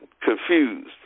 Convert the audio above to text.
confused